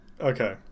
Okay